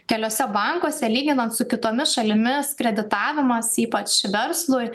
keliuose bankuose lyginant su kitomis šalimis kreditavimas ypač verslui